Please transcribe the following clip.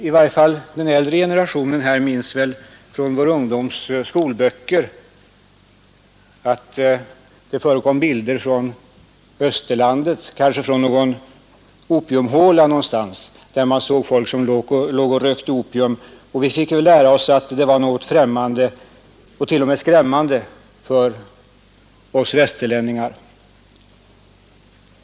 I varje fall den äldre generationen minns väl från sin ungdoms skolböcker bilder från österlandet, som föreställde en opiumhåla någonstans, där det låg människor och rökte opium. Vi fick lära oss att detta var något främmande och t.o.m. skrämmande för oss västerlänningar.